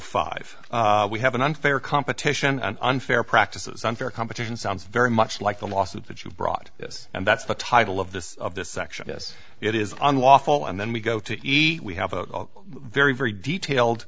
five we have an unfair competition and unfair practices unfair competition sounds very much like the lawsuit that you've brought this and that's the title of this of this section is it is unlawful and then we go to eat we have a very very detailed